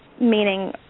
meaning